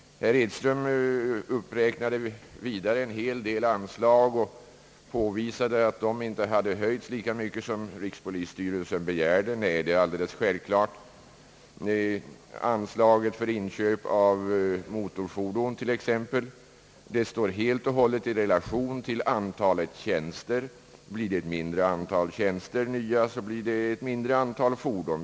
Herr Edström räknade vidare upp en hel del anslag, som han påvisade inte hade höjts lika mycket som rikspolisstyrelsen begärt. Nej, detta är en alldeles följdriktig åtgärd. Anslaget för inköp av motorfordon står t.ex. helt i relation till antalet tjänster: blir det ett mindre antal tjänster blir det också ett mindre antal fordon.